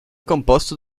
composto